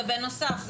זה בנוסף,